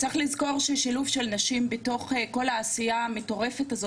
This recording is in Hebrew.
ששילוב של נשים בתוך כל העשייה המטורפת הזו,